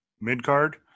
Mid-card